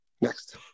Next